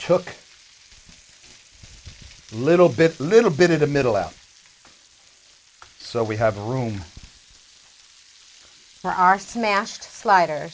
took a little bit little bit of the middle out so we have a room for our smashed slide